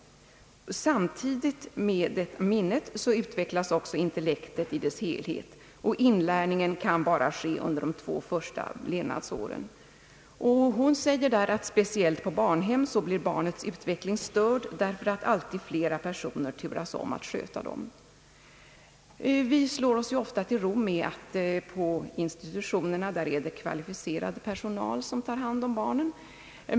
Samtidigt med minnet utvecklas också intellektet i dess helhet, och den här inlärningen kan bara ske under de två första levnadsåren. Hon säger att speciellt på barnhem blir barnens utveckling störd, därför att alltid flera personer turas om att sköta dem. Vi slår oss ofta till ro med att konstatera att på institutionerna tar kvalificerad personal hand om barnen.